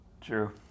True